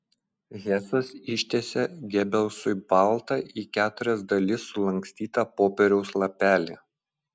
hesas ištiesė gebelsui baltą į keturias dalis sulankstytą popieriaus lapelį